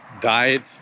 died